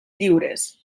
lliures